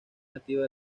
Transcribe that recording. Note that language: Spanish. nativa